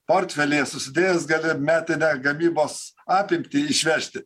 portfelyje susidėjęs gali metinę gamybos apimtį išvežti